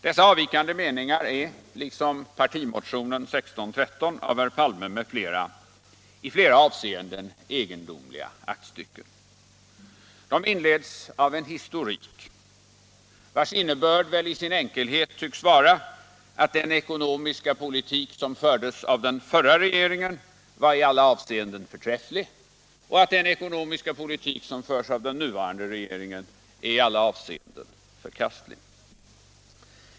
Dessa avvikande meningar är liksom partimotionen 1613 av herr Palme m.fl. i flera avseenden egendomliga aktstycken. De inleds av en historik, vars innebörd väl i sin enkelhet tycks vara att den ekonomiska politik som fördes av den förra regeringen i alla avseenden var förträfflig och att den ekonomiska politik som förs av den nya regeringen i alla avseenden är förkastlig.